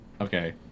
okay